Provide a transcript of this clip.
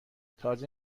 تازه